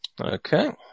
Okay